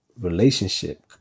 relationship